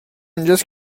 اونجاست